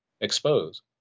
expose